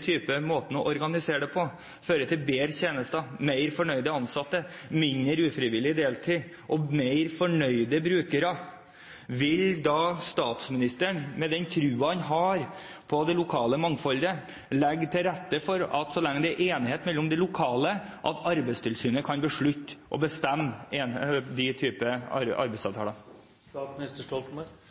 ser at den måten å organisere det på, fører til bedre tjenester, mer fornøyde ansatte, mindre ufrivillig deltid og mer fornøyde brukere, vil da statsministeren, med den troen han har på det lokale mangfoldet, legge til rette for, så lenge det er enighet lokalt, at Arbeidstilsynet kan bestemme den type arbeidsavtaler? For det første er det slik at de